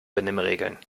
benimmregeln